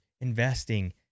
investing